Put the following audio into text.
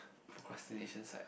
procrastination side